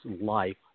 life